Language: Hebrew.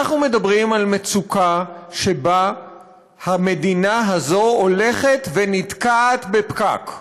אנחנו מדברים על מצוקה שבה המדינה הזו הולכת ונתקעת בפקק.